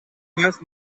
эмес